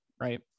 right